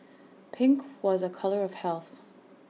pink was A colour of health